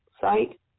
site